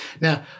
Now